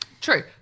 True